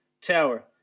Tower